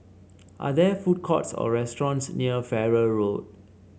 are there food courts or restaurants near Farrer Road